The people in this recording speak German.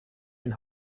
den